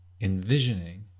envisioning